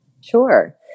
Sure